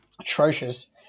atrocious